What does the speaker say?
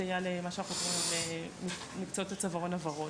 למה שאנחנו קוראים ׳מקצועות הצווארון הוורוד׳.